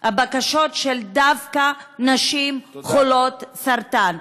הבקשות דווקא של נשים חולות סרטן.